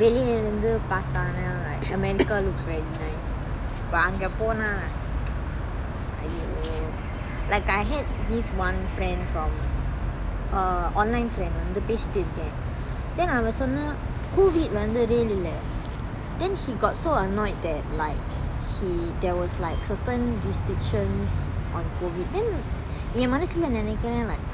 வெளியில இருந்து பாக்காம:veliyila irunthu pakkama like america looks very nice but அங்க போனா:anga pona !aiyo! like I hate this one friend from uh online friend வந்து பேசிட்டு இருக்கன்:vanthu pesittu irukkan then அவ சொன்னா:ava sonna COVID வந்து:vanthu real இல்ல:illa then he got so annoyed that like he there was like certain restrictions on COVID then என் மனசுல நெனைக்குரன்:en mansula nenaikkuran like